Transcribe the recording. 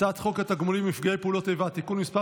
הצעת חוק התגמולים לנפגעי פעולות איבה (תיקון מס'